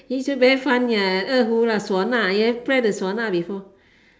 he say very fun ya 二胡啦唢呐 play the 唢呐 before